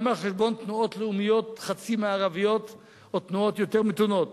גם על חשבון תנועות לאומיות חצי-מערביות או תנועות יותר מתונות.